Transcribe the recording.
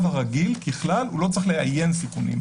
הרגיל ככלל הוא לא צריך לאיין סיכונים.